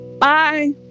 Bye